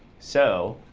so